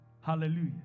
Hallelujah